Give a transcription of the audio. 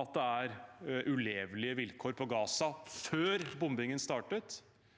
at det er ulevelige vilkår i Gaza – før bombingen startet.